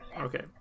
okay